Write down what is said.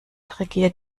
regiert